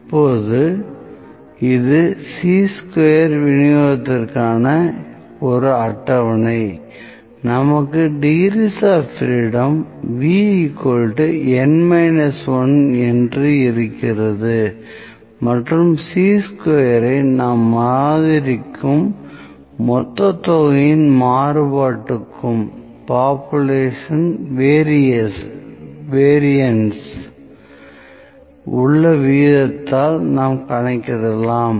இப்போது இது chi square விநியோகத்திற்கான ஒரு அட்டவணை நமக்கு டிக்ரீஸ் ஆப் பிரீடம் VN 1 என்று இருக்கிறது மற்றும் சீ ஸ்கொயரை நாம் மாதிரிக்கும் மொத்த தொகையின் மாறுபடுக்கும் உள்ள விகிதத்த்தால் நாம் கணக்கிடலாம்